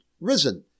risen